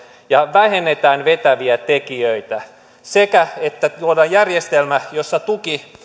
ja vähennetään vetäviä tekijöitä sekä luodaan järjestelmä jossa tuki